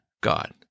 God